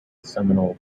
seminole